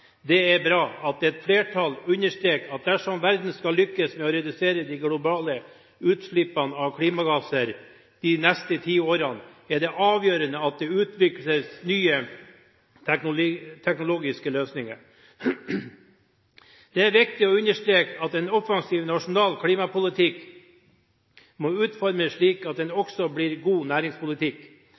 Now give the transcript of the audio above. Det er bra at et flertall understreker at dersom verden skal lykkes med å redusere de globale utslippene av klimagasser de neste ti årene, er det avgjørende at det utvikles nye teknologiske løsninger. Det er viktig å understreke at en offensiv nasjonal klimapolitikk må utformes slik at den også blir god næringspolitikk.